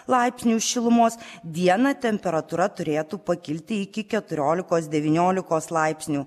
laipsnių šilumos dieną temperatūra turėtų pakilti iki keturiolikos devyniolikos laipsnių